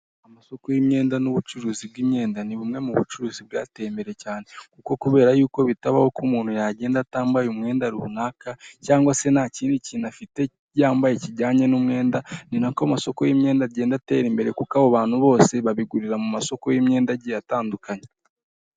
Amasoko y'imyenda n'ubucuruzi bw'imyenda, ni bumwe mu bucuruzi bwateye imbere cyane kuko kubera y'uko bitabaho ko umuntu yagenda atambaye umwenda runaka cyangwa se nta kindi kintu afite yambaye kijyanye n'umwenda, ni na ko amasoko y'imyenda agenda atera imbere kuko abo bantu bose babigurira mu masoko y'imyenda agiye atandukanye.